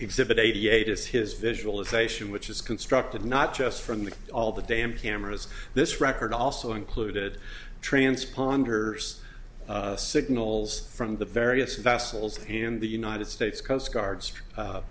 eight is his visualisation which is constructed not just from the all the damn cameras this record also included transponders signals from the various vessels in the united states